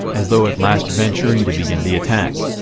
as though at last venturing to begin the attack.